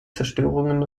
zerstörungen